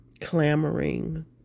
clamoring